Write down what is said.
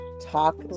talk